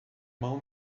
mão